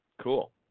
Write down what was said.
Cool